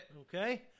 Okay